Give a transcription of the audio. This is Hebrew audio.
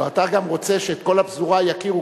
לא, אתה גם רוצה שאת כל הפזורה יכירו.